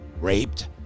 raped